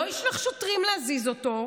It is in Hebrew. לא ישלח שוטרים להזיז אותו,